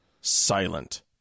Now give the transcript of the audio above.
silent